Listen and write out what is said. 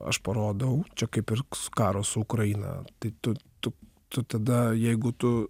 aš parodau čia kaip ir s karo su ukraina tai tu tu tu tada jeigu tu